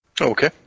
Okay